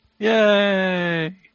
Yay